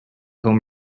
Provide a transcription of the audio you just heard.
home